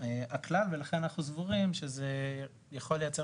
הכלל ולכן אנחנו סבורים שזה יכול לייצר